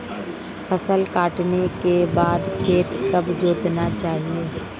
फसल काटने के बाद खेत कब जोतना चाहिये?